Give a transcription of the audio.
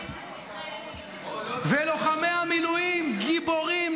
ולוחמי המילואים גיבורים,